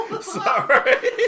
Sorry